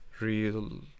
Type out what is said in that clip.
real